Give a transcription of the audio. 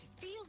feel